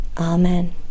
Amen